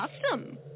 custom